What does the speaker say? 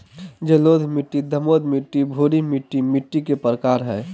जलोढ़ मिट्टी, दोमट मिट्टी, भूरी मिट्टी मिट्टी के प्रकार हय